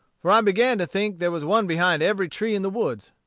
for i began to think there was one behind every tree in the woods.